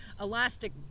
elastic